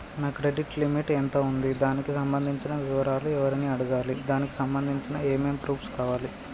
నా credit limit ఎంత ఉంది? దానికి సంబంధించిన వివరాలు ఎవరిని అడగాలి? దానికి సంబంధించిన ఏమేం ప్రూఫ్స్ కావాలి?